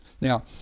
Now